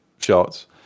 shots